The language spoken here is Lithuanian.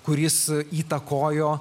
kuris įtakojo